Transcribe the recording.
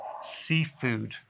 seafood